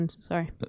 sorry